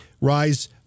rise